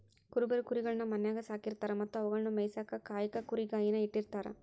ಕುರುಬರು ಕುರಿಗಳನ್ನ ಮನ್ಯಾಗ್ ಸಾಕಿರತಾರ ಮತ್ತ ಅವುಗಳನ್ನ ಮೇಯಿಸಾಕ ಕಾಯಕ ಕುರಿಗಾಹಿ ನ ಇಟ್ಟಿರ್ತಾರ